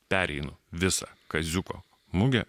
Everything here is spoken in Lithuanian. pereinu visą kaziuko mugę